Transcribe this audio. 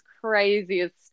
craziest